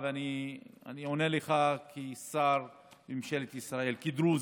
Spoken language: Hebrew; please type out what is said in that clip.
אני עונה לך כשר בממשלת ישראל, כדרוזי,